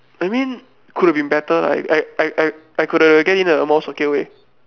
I mean could have been better like I I I I could've get in a more secured way